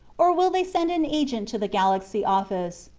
or will they send an agent to the galaxy office.